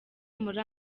muri